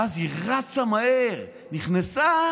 ואז היא רצה מהר, נכנסה: